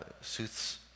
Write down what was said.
Sooth's